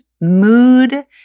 mood